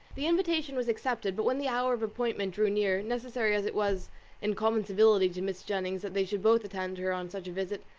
the invitation was accepted but when the hour of appointment drew near, necessary as it was in common civility to mrs. jennings, that they should both attend her on such a visit,